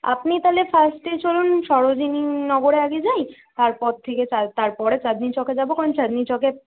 আপনি তাহলে ফার্স্টে চলুন সরোজিনী নগরে আগে যাই তারপর থেকে তার তারপরে চাঁদনি চকে যাবো কারণ চাঁদনি চকের